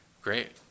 great